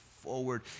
forward